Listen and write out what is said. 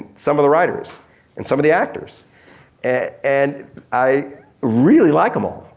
some of the writers and some of the actors and i really like em all.